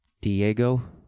Diego